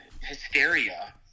hysteria